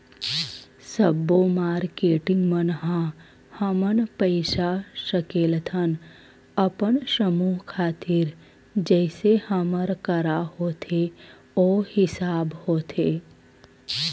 सब्बो मारकेटिंग मन ह हमन पइसा सकेलथन अपन समूह खातिर जइसे हमर करा होथे ओ हिसाब होथे